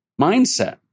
mindset